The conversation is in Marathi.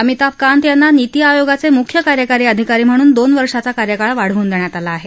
अमिताभ कांत यांना नीती आयोगाचे मुख्य कार्यकारी अधिकारी म्हणून दोन वर्षांचा कार्यकाळ वाढवून देण्यात आला आहे